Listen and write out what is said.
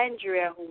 Andrea